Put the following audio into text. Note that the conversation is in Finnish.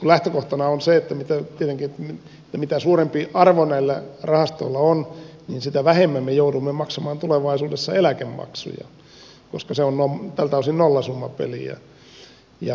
lähtökohtana on tietenkin se mitä suurempi arvo näillä rahastoilla on sitä vähemmän me joudumme maksamaan tulevaisuudessa eläkemaksuja koska se on tältä osin nollasummapeliä